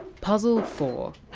puzzle four.